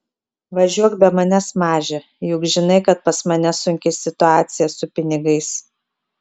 važiuok be manęs maže juk žinai kad pas mane sunki situaciją su pinigais